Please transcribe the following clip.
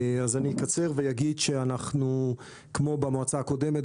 אקצר ואומר שכמו במועצה הקודמת,